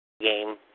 game